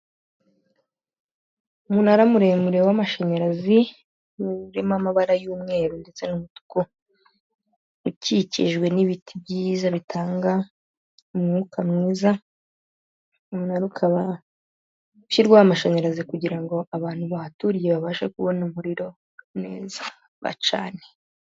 Umunara muremure w'amashanyarazi uri mu mabara y'umweru ndetse n'umutuku, ukikijwe n'ibiti byiza bitanga umwuka mwiza, umunara ukaba ushyirwaho amashanyarazi kugira ngo abantu bahaturiye babashe kubona umuriro neza bacane.